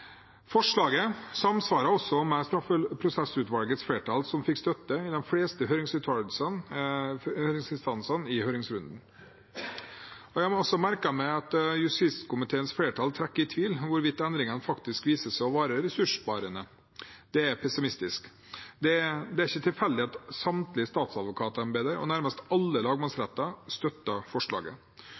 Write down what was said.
Forslaget samsvarer også med straffeprosesslovutvalgets flertall, som fikk støtte i de fleste høringsinstansene i høringsrunden. Jeg har merket meg at justiskomiteens flertall trekker i tvil hvorvidt endringene vil vise seg å være ressurssparende. Det er pessimistisk. Det er ikke tilfeldig at samtlige statsadvokatembeter og nærmest alle lagmannsretter støtter forslaget.